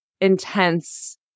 intense